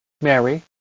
Mary